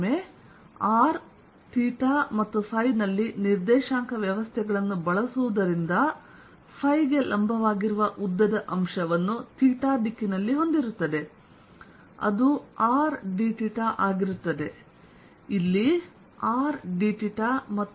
ಮತ್ತೊಮ್ಮೆ R theta θ ಮತ್ತು phi ϕ ನಲ್ಲಿ ನಿರ್ದೇಶಾಂಕ ವ್ಯವಸ್ಥೆಗಳನ್ನು ಬಳಸುವುದರಿಂದ ಫೈ ಗೆ ಲಂಬವಾಗಿರುವ ಉದ್ದದ ಅಂಶವನ್ನು ಥೀಟಾ ದಿಕ್ಕಿನಲ್ಲಿ ಹೊಂದಿರುತ್ತದೆ ಅದು rdθ ಆಗಿರುತ್ತದೆ